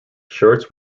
shirts